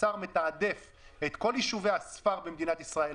השר מתעדף את כל יישובי הספר במדינת ישראל,